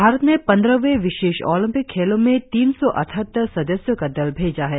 भारत ने पंद्रहवें विशेष ओलिंपिक खेलों में तीन सौ अट्ठहत्तर सदस्यों का दल भेजा है